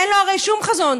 אין לו הרי שום חזון.